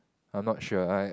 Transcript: I'm not sure I